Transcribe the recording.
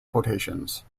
quotations